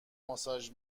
ماساژ